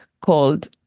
called